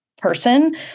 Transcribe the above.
Person